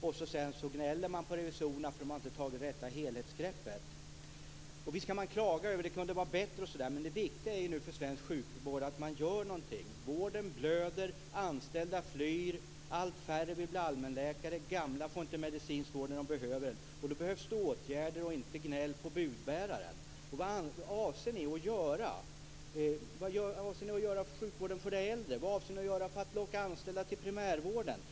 Och sedan gnäller man på revisorerna för att de inte har tagit rätta helhetsgreppet. Och visst kan man klaga. Det kunde vara bättre. Men det viktiga nu för svensk sjukvård är att någonting görs. Vården blöder, anställda flyr, allt färre vill bli allmänläkare, och gamla får inte medicinsk vård när de behöver. Då behövs det åtgärder och inte gnäll på budbäraren. Vad avser ni att göra för att locka människor till arbete i primärvården?